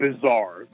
bizarre